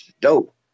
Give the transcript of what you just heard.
dope